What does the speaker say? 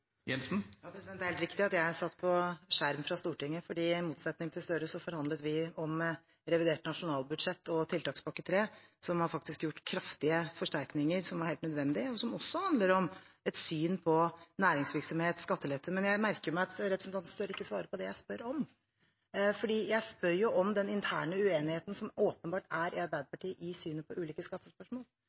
Det er helt riktig at jeg var på en skjerm fra Stortinget, for i motsetning til Gahr Støre forhandlet vi om revidert nasjonalbudsjett og tiltakspakke 3, som har gitt kraftige forsterkninger, som var helt nødvendig, og som også handler om et syn på næringsvirksomhet og skattelette. Jeg merker meg at representanten Gahr Støre ikke svarer på det jeg spør om. Jeg spør om den interne uenigheten som åpenbart finnes i Arbeiderpartiet i synet på ulike skattespørsmål.